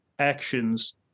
actions